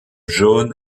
jaune